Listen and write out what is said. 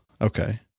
okay